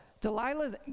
Delilah's